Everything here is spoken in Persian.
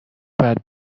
باید